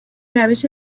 روش